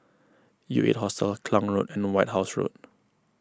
U eight Hostel Klang Road and White House Road